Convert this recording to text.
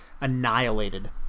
annihilated